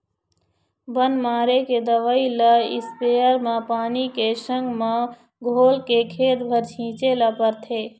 बन मारे के दवई ल इस्पेयर म पानी के संग म घोलके खेत भर छिंचे ल परथे